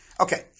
Okay